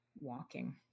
walking